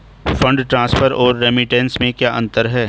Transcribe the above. Fund transfer और remittance में क्या अंतर है?